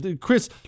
Chris